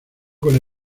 con